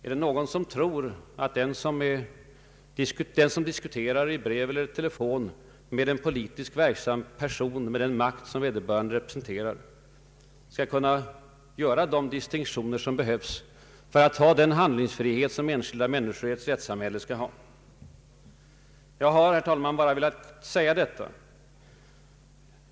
Är det någon som tror att den som diskuterar i brev eller per telefon med en politiskt verksam person av det slaget — med den makt som vederbörande representerar — skall kunna göra de distinktioner som behövs för att uppfatta sig ha den handlingsfrihet som enskilda människor i ett rättssamhälle måste ha? Jag har, herr talman, bara velat säga detta.